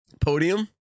Podium